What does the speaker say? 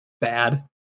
bad